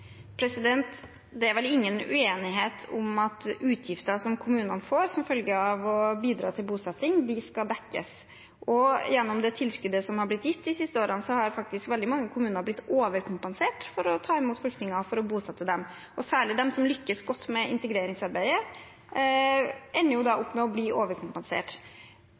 Det er vel ingen uenighet om at utgifter som kommunene får som følge av å bidra til bosetting, skal dekkes. Gjennom det tilskuddet som har blitt gitt de siste årene, har faktisk veldig mange kommuner blitt overkompensert for å ta imot flyktninger for å bosette dem. Særlig de som lykkes godt med integreringsarbeidet, ender opp med å bli overkompensert.